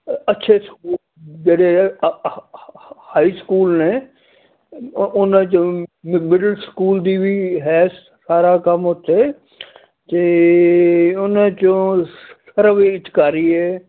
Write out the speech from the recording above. ਅੱਛੇ ਸਕੂਲ ਜਿਹੜੇ high school ਨੇ ਉਹਨਾਂ 'ਚੋਂ ਮਿਡਲ ਸਕੂਲ ਦੀ ਵੀ ਹੈ ਸਾਰਾ ਕੰਮ ਉੱਥੇ ਅਤੇ ਉਹਨਾਂ 'ਚੋ ਸਰਵ ਉੱਚ ਅਧਿਕਾਰੀ ਹੈ